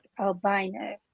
albino